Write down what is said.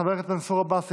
חבר הכנסת מנסור עבאס,